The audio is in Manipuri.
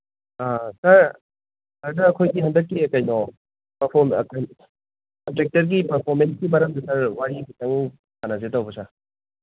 ꯑ ꯁꯥꯔ ꯁꯥꯔ ꯑꯩꯈꯣꯏꯒꯤ ꯍꯟꯗꯛꯀꯤ ꯀꯩꯅꯣ ꯀꯟꯇ꯭ꯔꯦꯛꯇꯔꯒꯤ ꯄꯔꯐꯣꯔꯃꯦꯟꯁꯀꯤ ꯃꯔꯝꯗꯨꯗ ꯋꯥꯔꯤ ꯈꯤꯇꯪ ꯁꯥꯟꯅꯁꯦ ꯇꯧꯕ ꯁꯥꯔ